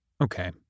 Okay